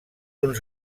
uns